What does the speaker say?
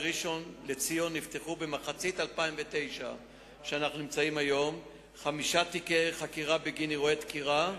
בראשון-לציון נפתחו במחצית 2009 חמישה תיקי חקירה בגין אירועי דקירה,